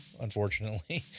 unfortunately